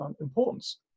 importance